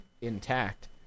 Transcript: intact